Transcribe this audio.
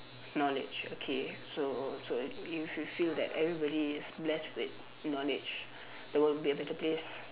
knowledge okay so so if you feel that everybody is blessed with knowledge the world will be a better place